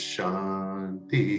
Shanti